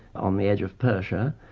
on the edge of persia,